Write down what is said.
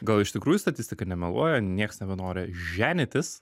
gal iš tikrųjų statistika nemeluoja nieks nebenori ženytis